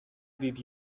did